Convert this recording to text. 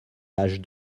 page